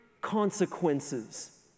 consequences